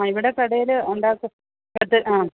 ആ ഇവിടെ കടയിൽ ഉണ്ടാക്കും അത് ആ